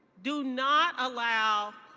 do not allow